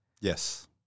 Yes